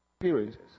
experiences